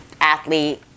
athlete